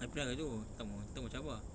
I pernah gaduh tak ma~ tak macam awak